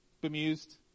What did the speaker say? bemused